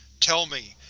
tell me,